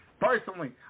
Personally